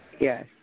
Yes